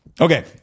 Okay